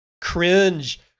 Cringe